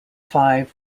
five